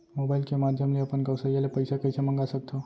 Mobile के माधयम ले अपन गोसैय्या ले पइसा कइसे मंगा सकथव?